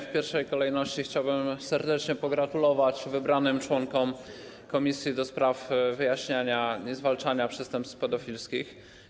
W pierwszej kolejności chciałbym serdecznie pogratulować wybranym członkom komisji do spraw wyjaśniania i zwalczania przestępstw pedofilskich.